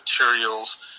materials